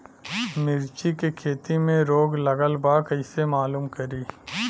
मिर्ची के खेती में रोग लगल बा कईसे मालूम करि?